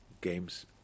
games